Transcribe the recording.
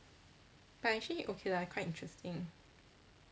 but actually okay lah quite interesting